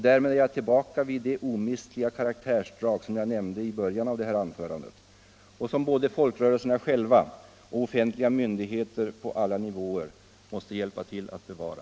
Därmed är jag tillbakz vid de omistliga karaktärsdrag som jag nämnde i början av mitt anförande och som både folkrörelserna själva och offentliga myndigheter på alla nivåer måste hjälpa till att bevara.